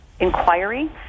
inquiry